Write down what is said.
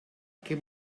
què